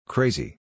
Crazy